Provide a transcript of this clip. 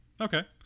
okay